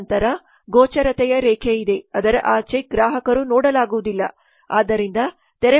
ತದನಂತರ ಗೋಚರತೆಯ ರೇಖೆಯಿದೆ ಅದರ ಆಚೆ ಗ್ರಾಹಕರು ನೋಡಲಾಗುವುದಿಲ್ಲ